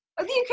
okay